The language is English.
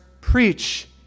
preach